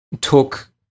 took